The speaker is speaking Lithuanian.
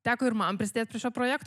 teko ir man prisidėt prie šio projekt